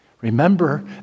Remember